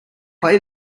play